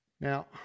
Now